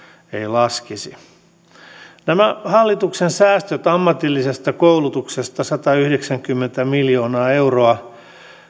laskisi nämä hallituksen säästöt ammatillisesta koulutuksesta satayhdeksänkymmentä miljoonaa euroa